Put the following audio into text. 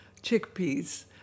chickpeas